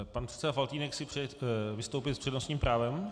Pan předseda Faltýnek si přeje vystoupit s přednostním právem?